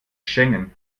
schengen